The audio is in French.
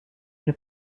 une